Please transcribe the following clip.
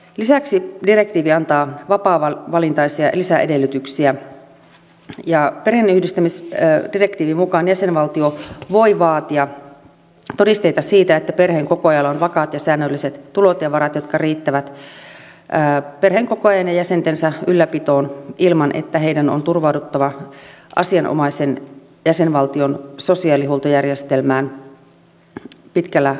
lisäksi direktiivi antaa vapaavalintaisia lisäedellytyksiä ja perheenyhdistämisdirektiivin mukaan jäsenvaltio voi vaatia todisteita siitä että perheenkokoajalla on vakaat ja säännölliset tulot ja varat jotka riittävät perheenkokoajan ja hänen perheenjäsentensä ylläpitoon ilman että heidän on turvauduttava asianomaisen jäsenvaltion sosiaalihuoltojärjestelmään pitkällä aikavälillä